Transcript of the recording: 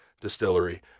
Distillery